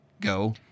go